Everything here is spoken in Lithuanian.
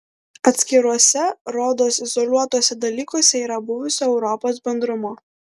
atskiruose rodos izoliuotuose dalykuose yra buvusio europos bendrumo